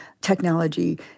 technology